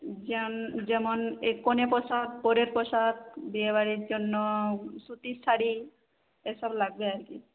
যেমন এ কনের পোশাক বরের পোশাক বিয়েবাড়ির জন্য সুতির শাড়ি এসব লাগবে আর কি